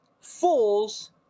fools